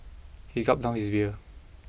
he gulped down his beer